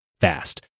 fast